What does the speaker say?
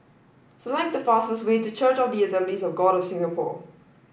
select the fastest way to Church of the Assemblies of God of Singapore